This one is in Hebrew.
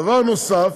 דבר נוסף,